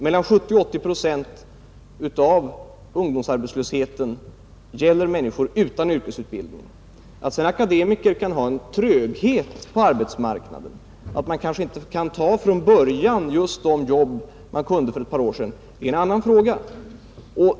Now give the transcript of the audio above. Mellan 70 och 80 procent av ungdomsarbetslösheten gäller ungdomar utan yrkesutbildning. Att sedan akademiker kan möta en tröghet på arbetsmarknaden, så att de kanske inte från början kan ta just de jobb som erbjöds för ett par år sedan, är en helt annan fråga.